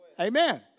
Amen